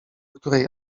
której